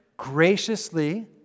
graciously